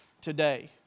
today